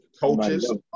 coaches